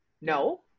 No